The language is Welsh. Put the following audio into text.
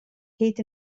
hyd